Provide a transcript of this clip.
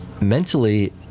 mentally